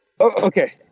Okay